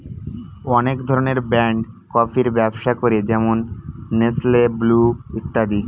অনেক ধরনের ব্র্যান্ড কফির ব্যবসা করে যেমন নেসলে, ব্রু ইত্যাদি